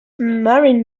marine